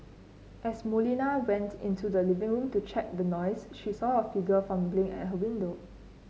as Molina went into the living room to check out the noise she saw a figure fumbling at her window